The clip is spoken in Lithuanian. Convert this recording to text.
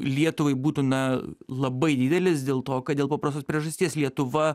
lietuvai būtų na labai didelis dėl to kad dėl paprastos priežasties lietuva